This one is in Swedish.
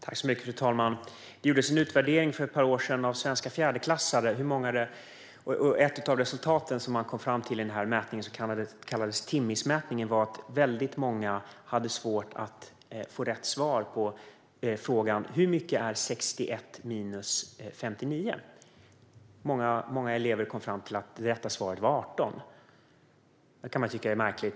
Fru talman! Det gjordes en utvärdering för ett par år sedan av svenska fjärdeklassare. Ett av resultaten som man kom fram till i den mätning som kallades Timss var att väldigt många hade svårt att få rätt svar på frågan: Hur mycket är 61 minus 59? Många elever kom fram till att det rätta svaret var 18. Det kan man tycka är märkligt.